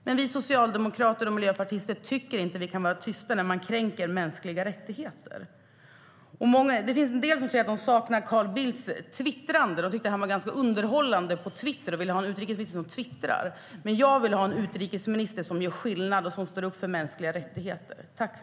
Men socialdemokrater och miljöpartister tycker inte att vi kan vara tysta när mänskliga rättigheter kränks.